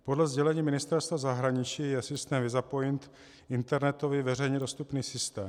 Podle sdělení Ministerstva zahraničí je systém VISAPOINT internetový veřejně dostupný systém.